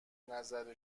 نظر